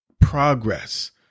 progress